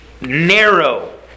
narrow